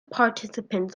participants